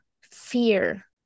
fear